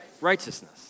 Righteousness